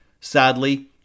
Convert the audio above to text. Sadly